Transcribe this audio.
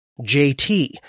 JT